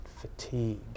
fatigue